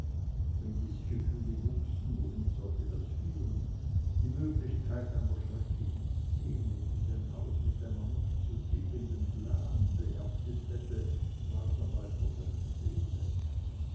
wenn diese gefühle wuchsen wohin sollte das führen die möglichkeit einer schrecklichen szene die sein haus mit einer nicht zu tilgenden blme behaftet hätte trat dabei vor seine seele